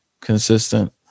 consistent